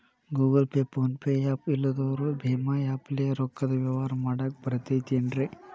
Google Pay, PhonePe app ಇಲ್ಲದವರು ಭೇಮಾ app ಲೇ ರೊಕ್ಕದ ವ್ಯವಹಾರ ಮಾಡಾಕ್ ಬರತೈತೇನ್ರೇ?